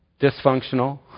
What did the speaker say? dysfunctional